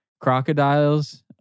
Crocodiles